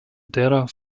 derer